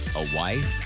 a wife,